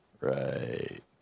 Right